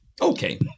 Okay